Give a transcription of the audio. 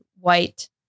white